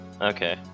Okay